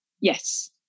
Yes